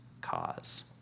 cause